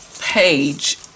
page